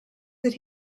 that